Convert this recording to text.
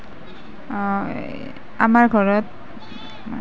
আমাৰ ঘৰত